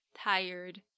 tired